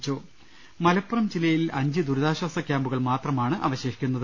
ലലലലലലലലലലലല മലപ്പുറം ജില്ലയിൽ അഞ്ച് ദുരിതാശ്വാസ ക്യാമ്പുകൾ മാത്രമാണ് അവശേഷിക്കുന്നത്